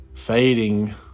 fading